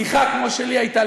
שיחה כמו שלי הייתה,